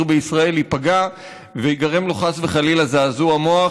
בישראל ייפגע וייגרם לו חס וחלילה זעזוע מוח,